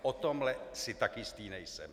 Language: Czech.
O tomhle si tak jistý nejsem.